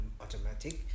automatic